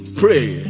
pray